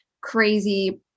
crazy